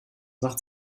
macht